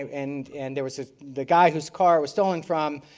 and and, there was the guy whose car was stolen from,